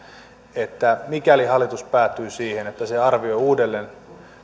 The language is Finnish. että mikäli hallitus päätyy siihen että se arvioi uudelleen